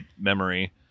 memory